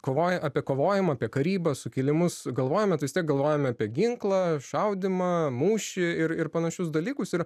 kovoje apie kovojimą apie karybą sukilimus galvojame tai vis tiek galvojome apie ginklą šaudymą mūšį ir ir panašius dalykus ir